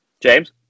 James